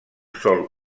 sol